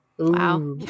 Wow